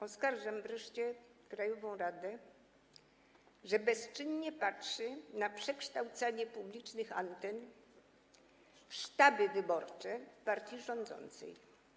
Oskarżam wreszcie krajową radę, że bezczynnie patrzy na przekształcanie publicznych anten w sztaby wyborcze partii rządzącej.